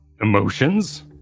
emotions